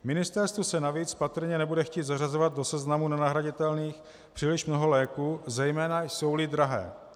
Ministerstvu se navíc patrně nebude chtít zařazovat do seznamu nenahraditelných příliš mnoho léků, zejména jsouli drahé.